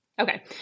Okay